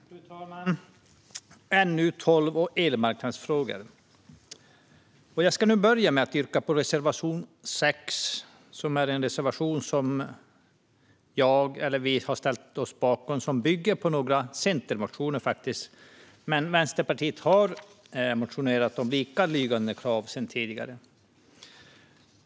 Fru talman! Vi debatterar nu NU12 Elmarknadsfrågor. Jag ska börja med att yrka bifall till reservation 6, som är en reservation som vi har ställt oss bakom men som faktiskt bygger på några centermotioner. Vänsterpartiet har dock motionerat om likalydande krav tidigare.